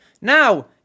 Now